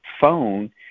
phone